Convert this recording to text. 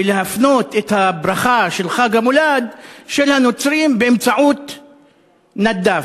ולהפנות את הברכה של חג המולד של הנוצרים באמצעות נדאף.